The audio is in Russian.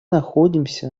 находимся